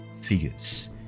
figures